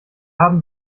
haben